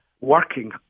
working